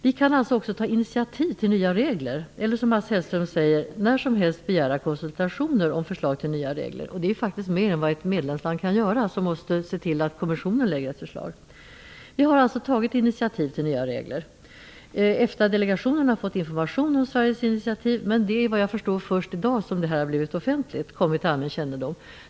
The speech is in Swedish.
Vi kan alltså också ta initiativ till nya regler, eller som Mats Hellström säger, när som helst begära konsultationer om förslag till nya regler. Det är ju faktiskt mer än vad ett medlemsland kan göra. De måste ju se till att kommissionen lägger ett förslag. Vi har alltså tagit initiativ till nya regler. EFTA delegationen har fått information om Sveriges initiativ, men det är efter vad jag förstår först i dag som det här har blivit offentligt och kommit till allmän kännedom.